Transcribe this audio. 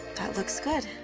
that looks good.